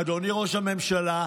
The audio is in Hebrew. אדוני ראש הממשלה,